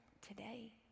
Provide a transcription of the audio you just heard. today